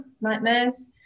nightmares